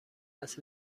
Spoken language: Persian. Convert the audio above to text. است